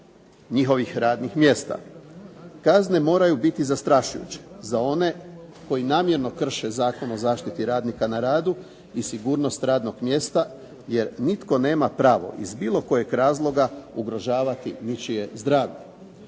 njihovih radnih mjesta. Kazne moraju biti zastrašujuće za one koji namjerno krše Zakon o zaštiti radnika na radu i sigurnost radnog mjesta, jer nitko nema pravo iz bilo kojeg razloga ugrožavati ničije zdravlje.